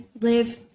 live